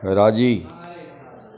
राज़ी